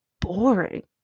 boring